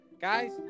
guys